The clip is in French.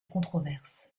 controverse